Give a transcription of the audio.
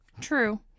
True